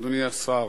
אדוני השר,